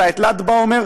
אלא את ל"ד בעומר,